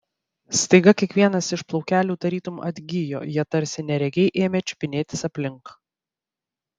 staiga kiekvienas iš plaukelių tarytum atgijo jie tarsi neregiai ėmė čiupinėtis aplink